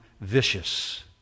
vicious